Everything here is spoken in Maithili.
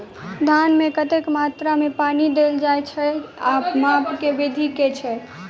धान मे कतेक मात्रा मे पानि देल जाएँ छैय आ माप केँ विधि केँ छैय?